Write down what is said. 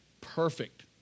Perfect